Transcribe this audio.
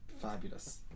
Fabulous